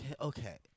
Okay